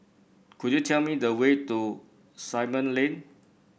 could you tell me the way to Simon Lane